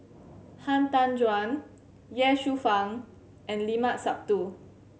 Han Tan Juan Ye Shufang and Limat Sabtu